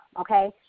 okay